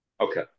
Okay